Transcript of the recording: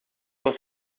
was